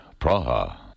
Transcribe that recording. Praha